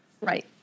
Right